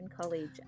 College